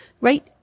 Right